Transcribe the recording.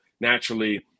naturally